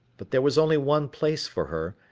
but there was only one place for her,